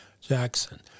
Jackson